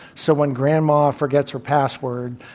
so, when grandma forgets her password,